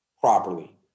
properly